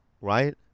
right